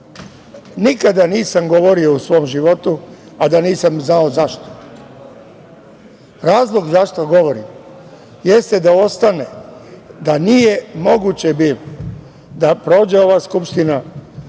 Nikada nisam govorio u svom životu, a da nisam znao zašto. Razlog zašto govorim jeste da ostane da nije moguće bilo da prođe ova Skupština